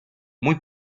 muy